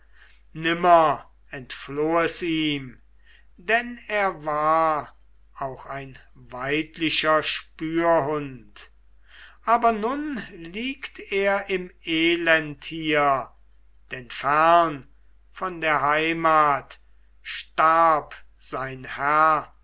nimmer entfloh es ihm denn er war auch ein weidlicher spürhund aber nun liegt er im elend hier denn fern von der heimat starb sein herr